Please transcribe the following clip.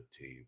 team